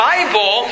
Bible